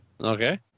Okay